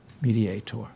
mediator